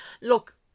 look